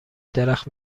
درخت